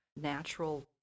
natural